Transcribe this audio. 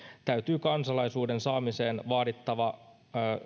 täytyy kansalaisuuden saamiseen vaadittavaa